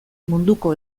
munduko